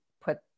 put